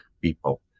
people